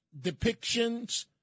depictions